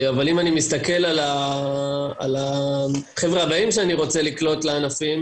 אבל אם אני מסתכל על החבר'ה הבאים שאני רוצה לקלוט לענפים,